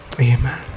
Amen